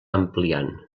ampliant